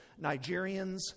Nigerians